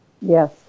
Yes